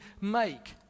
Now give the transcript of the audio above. make